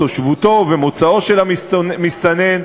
תושבותו ומוצאו של המסתנן,